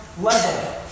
level